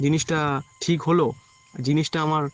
জিনিসটা ঠিক হলো জিনিসটা আমার